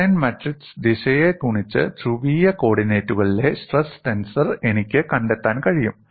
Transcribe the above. cosine matrix ദിശയെ ഗുണിച്ച് ധ്രുവീയ കോർഡിനേറ്റുകളിലെ സ്ട്രെസ് ടെൻസർ എനിക്ക് കണ്ടെത്താൻ കഴിയും